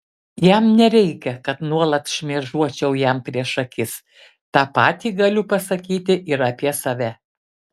jam nereikia kad nuolat šmėžuočiau jam prieš akis tą patį galiu pasakyti ir apie save